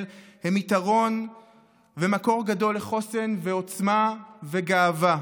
הן יתרון ומקור גדול לחוסן ועוצמה וגאווה.